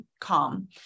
calm